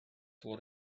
what